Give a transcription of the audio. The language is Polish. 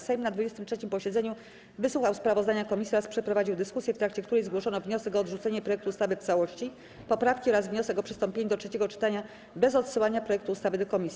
Sejm na 23. posiedzeniu wysłuchał sprawozdania komisji oraz przeprowadził dyskusję, w trakcie której zgłoszono wniosek o odrzucenie projektu ustawy w całości, poprawki oraz wniosek o przystąpienie do trzeciego czytania bez odsyłania projektu ustawy do komisji.